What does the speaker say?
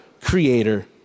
creator